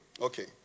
Okay